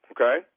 Okay